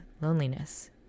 loneliness